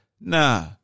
nah